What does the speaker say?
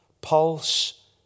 pulse